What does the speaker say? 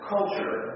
Culture